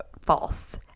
false